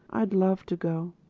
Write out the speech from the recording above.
i'd love to go.